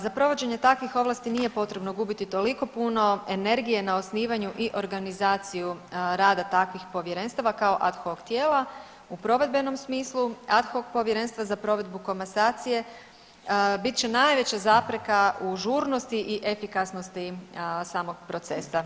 Za provođenje takvih ovlasti nije potrebno gubiti toliko puno energije na osnivanju i organizaciju rada takvih povjerenstava kao ad hoc tijela u provedbenom smislu, ad hoc povjerenstva za provedbu komasacije bit će najveća zapreka u žurnosti i efikasnosti samog procesa.